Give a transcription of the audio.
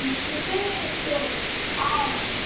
മുക്കൂറ്റി വെച്ചോളൂ ആ